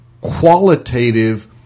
qualitative